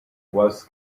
was